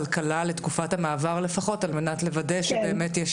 ותקצוב אמיתי לדעת מה הולך לילדים,